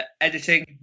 Editing